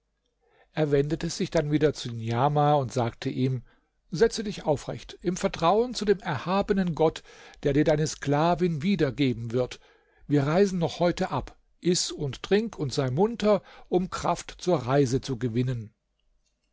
er wendete sich dann wieder zu niamah und sagte ihm setze dich aufrecht im vertrauen zu dem erhabenen gott der dir deine sklavin wieder geben wird wir reisen noch heute ab iß und trink und sei munter um kraft zur reise zu gewinnen